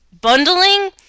bundling